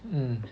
mm